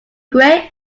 gray